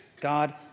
God